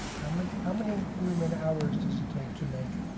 how many how many human hours does it take to make